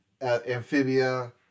Amphibia